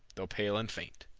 though pale and faint.